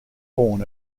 born